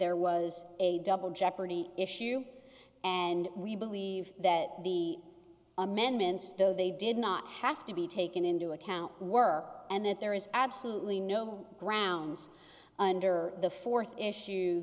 there was a double jeopardy issue and we believe that the amendments though they did not have to be taken into account work and that there is absolutely no grounds under the fourth issue